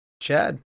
Chad